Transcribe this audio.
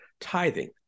tithing